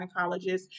gynecologist